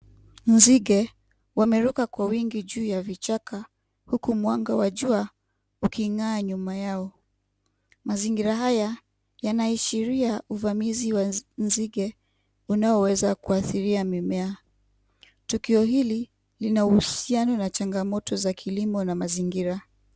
Nzige, wameruka kwa wingi juu ya vichaka huku mwanga wa jua uking'aa nyuma yao. Mazingira haya, yanaashiria uvamizi wa nzige unaoweza kuathiria mimea. Tukio hili linauhusiano na changamoto za kilimo na mazingira.